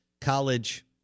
college